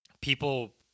People